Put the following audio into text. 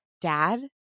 dad